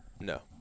no